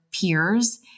peers